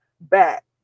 back